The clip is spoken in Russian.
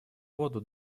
воду